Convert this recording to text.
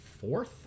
fourth